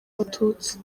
abatutsi